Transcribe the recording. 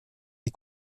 ses